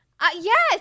Yes